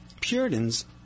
Puritans